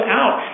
out